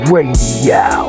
Radio